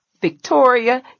Victoria